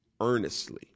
earnestly